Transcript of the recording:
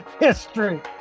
History